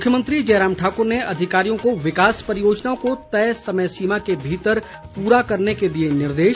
मुख्यमंत्री जयराम ठाकुर ने अधिकारियों को विकास परियोजनाओं को तय समय सीमा के भीतर पूरा करने के दिए निर्देश